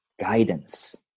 guidance